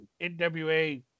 NWA